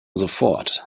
sofort